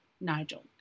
nigel